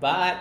but